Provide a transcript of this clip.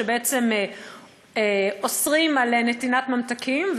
שבעצם אוסרים נתינת ממתקים,